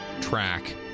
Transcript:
track